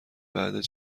بعد